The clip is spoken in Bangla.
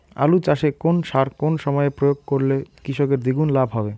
আলু চাষে কোন সার কোন সময়ে প্রয়োগ করলে কৃষকের দ্বিগুণ লাভ হবে?